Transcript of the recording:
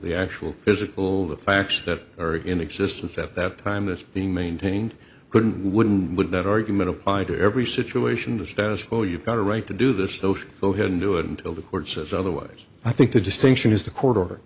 the actual physical facts that are in existence at that time that's being maintained couldn't wouldn't would that argument apply to every situation the status quo you've got a right to do this notion though he didn't do it until the court says otherwise i think the distinction is the court or